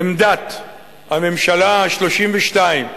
עמדת הממשלה ה-32,